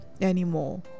anymore